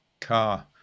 car